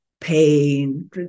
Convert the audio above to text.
pain